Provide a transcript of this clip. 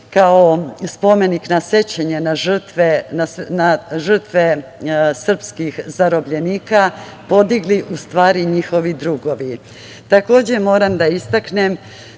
kao spomenik na sećanje na žrtve srpskih zarobljenika, podigli u stvari njihovi drugovi. Takođe,